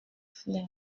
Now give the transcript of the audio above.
flair